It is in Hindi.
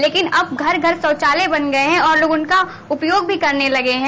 लेकिन अब घर घर शौचालय बन गये हैं और लोग उनका उपयोग भी करने लगे हैं